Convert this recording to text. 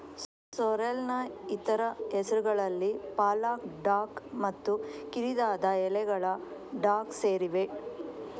ಸೋರ್ರೆಲ್ನ ಇತರ ಹೆಸರುಗಳಲ್ಲಿ ಪಾಲಕ ಡಾಕ್ ಮತ್ತು ಕಿರಿದಾದ ಎಲೆಗಳ ಡಾಕ್ ಸೇರಿವೆ